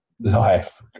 life